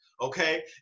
okay